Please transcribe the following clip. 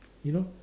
you know